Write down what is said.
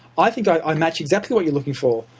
i think i um match exactly what you're looking for.